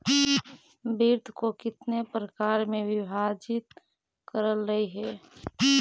वित्त को कितने प्रकार में विभाजित करलइ हे